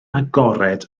agored